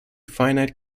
finite